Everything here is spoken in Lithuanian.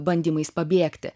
bandymais pabėgti